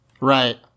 Right